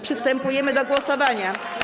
Przystępujemy do głosowania.